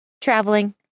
traveling